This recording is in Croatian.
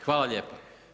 Hvala lijepo.